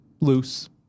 loose